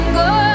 go